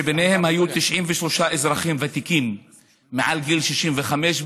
שביניהם היו 93 אזרחים ותיקים מעל גיל 65,